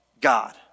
God